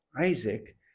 Isaac